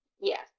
Yes